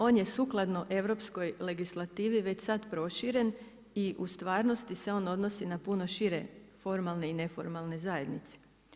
On je sukladno europskoj legislativi već sada proširen i u stvarnosti se on odnosi na puno šire formalne i neformalne zajednice.